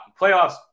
playoffs